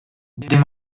they